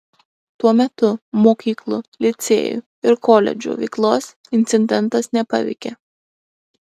tuo metu mokyklų licėjų ir koledžų veiklos incidentas nepaveikė